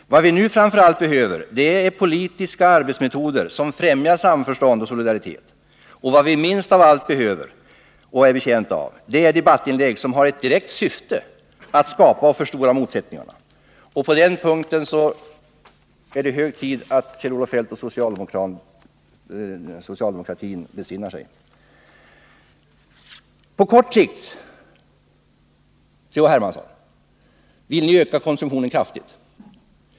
Vad vi nu framför allt behöver är politiska arbetsmetoder som främjar samförstånd och solidaritet. Vad vi minst av allt behöver och är betjänta av är debattinlägg som har till direkt syfte att skapa och förstora motsättningar. På den punkten är det hög tid att Kjell-Olof Feldt och socialdemokratin besinnar sig. På kort sikt, C.-H. Hermansson, vill vpk öka konsumtionen kraftigt.